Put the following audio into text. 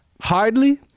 Hardly